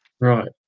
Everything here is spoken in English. Right